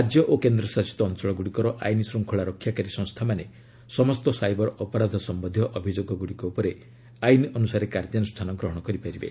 ରାଜ୍ୟ ଓ କେନ୍ଦ୍ରଶାସିତ ଅଞ୍ଚଳଗୁଡ଼ିକର ଆଇନ ଶୃଙ୍ଖଳା ରକ୍ଷାକାରୀ ସଂସ୍ଥାମାନେ ସମସ୍ତ ସାଇବର ଅପରାଧ ସମ୍ବନ୍ଧୀୟ ଅଭିଯୋଗଗ୍ରଡ଼ିକ ଉପରେ ଆଇନ ଅନ୍ତସାରେ କାର୍ଯ୍ୟାନ୍ରଷାନ ଗ୍ରହଣ କରିବେ